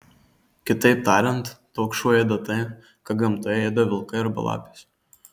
kitaip tariant toks šuo ėda tai ką gamtoje ėda vilkai arba lapės